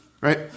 right